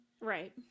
right